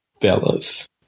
fellas